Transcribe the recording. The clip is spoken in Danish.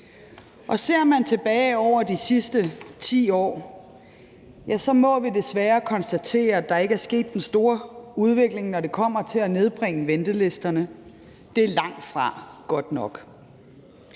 Og ser man tilbage på de sidste 10 år, ja, så må vi desværre konstatere, at der ikke er sket den store udvikling, når det kommer til at nedbringe ventelisterne. Det er langtfra godt nok.